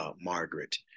Margaret